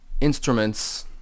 instruments